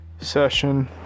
Session